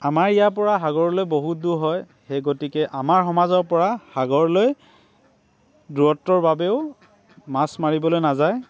আমাৰ ইয়াৰ পৰা সাগৰলৈ বহুত দূৰ হয় সেই গতিকে আমাৰ সমাজৰ পৰা সাগৰলৈ দূৰত্বৰ বাবেও মাছ মাৰিবলৈ নাযায়